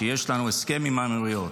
שיש לנו הסכם עם האמירויות.